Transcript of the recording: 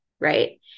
right